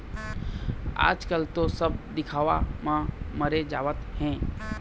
आजकल तो सब दिखावा म मरे जावत हें